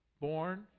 Born